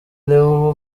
leo